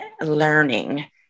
learning